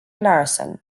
larsen